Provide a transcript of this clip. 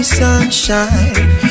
sunshine